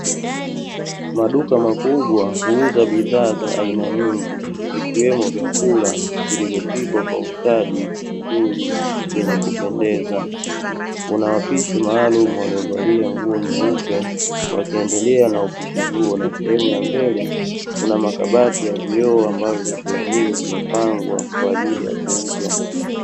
Maduka makubwa huuza bidhaa za aina nyingi, zikiwemo vyakula vilivyopikwa kwa ustadi mzuri, vyenye kupendeza. Kuna wapishi maalumu waliovalia nguo nyeupe, wakiendelea na upishi huo, na sehemu ya mbele kuna makabati ya vioo, ambayo vyakula hivyo vimepangwa kwa ajili ya kuuzwa.